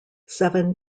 seven